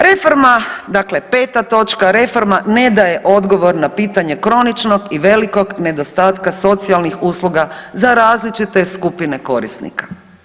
Reforma, dakle peta točka, reforma ne daje odgovor na pitanje kroničnog i velikog nedostatka socijalnih usluga za različite skupine korisnika.